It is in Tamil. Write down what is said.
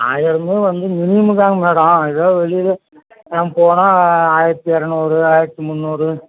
ஆயிரமே வந்து மினிமம் தான்ங்க மேடம் இதே வெளியிலலாம் போனால் ஆயிரத்தி எரநூறு ஆயிரத்தி முந்நூறு